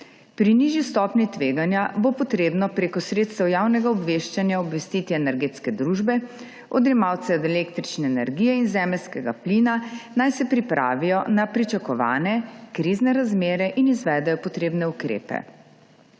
Pri nižji stopnji tveganja bo treba prek sredstev javnega obveščanja obvestiti energetske družbe, odjemalce električne energije in zemeljskega plina, naj se pripravijo na pričakovane krizne razmere in izvedejo potrebne ukrepe.